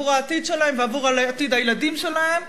עבור העתיד שלהם ועבור עתיד הילדים שלהם,